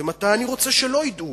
ומתי אני רוצה שלא ידעו.